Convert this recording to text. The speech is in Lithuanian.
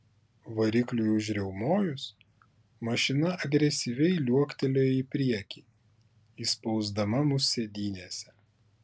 varikliui užriaumojus mašina agresyviai liuoktelėjo į priekį įspausdama mus sėdynėse